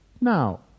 now